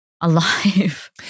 alive